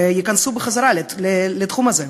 שהם ייכנסו בחזרה לתחום הזה.